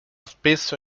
spesso